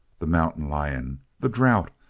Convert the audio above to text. the mountain-lion, the drought,